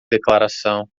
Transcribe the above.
declaração